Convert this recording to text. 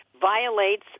violates